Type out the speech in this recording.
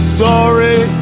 sorry